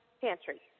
pantry